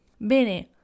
Bene